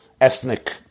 ethnic